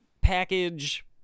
package